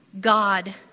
God